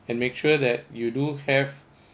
and make sure that you do have